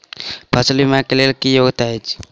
फसल बीमा केँ लेल की योग्यता अछि?